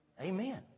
Amen